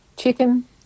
chicken